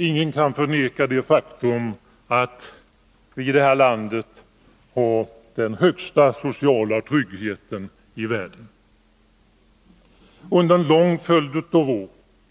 Ingen kan förneka det faktum att vi i det här landet har den största sociala tryggheten i världen. Under en lång följd av år